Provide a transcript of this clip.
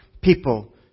people